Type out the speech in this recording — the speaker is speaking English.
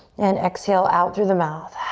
and exhale out through the mouth.